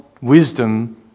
wisdom